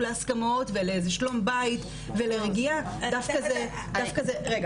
להסכמות ולשלום בית ולרגיעה --- סליחה,